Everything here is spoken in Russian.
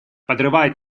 подрывает